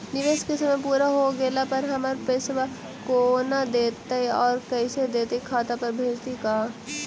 निवेश के समय पुरा हो गेला पर हमर पैसबा कोन देतै और कैसे देतै खाता पर भेजतै का?